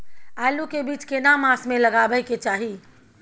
आलू के बीज केना मास में लगाबै के चाही?